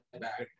back